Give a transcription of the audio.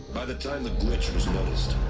by the time the glitch was noticed.